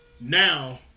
Now